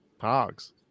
hogs